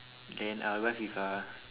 then I will buy Fifa